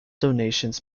donations